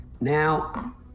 Now